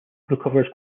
recovers